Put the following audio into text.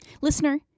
Listener